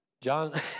John